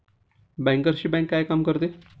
बँकर्सची बँक काय काम करते?